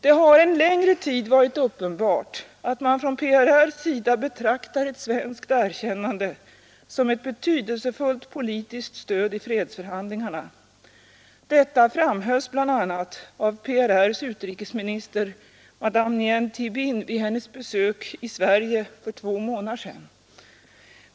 Det har en längre tid varit uppenbart, att man från PRR:s sida betraktar ett svenskt erkännande som ett betydelsefullt politiskt stöd i fredsförhandlingarna. Detta framhölls bl.a. av PRR:s utrikesminister Madame Nguyen Thi Binh vid hennes besök i Sverige för två månader sedan.